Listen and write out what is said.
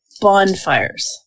bonfires